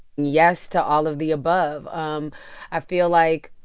yes to all of the above. um i feel like,